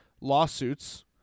lawsuits